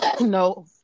No